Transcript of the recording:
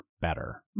better